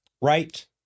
Right